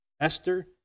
Esther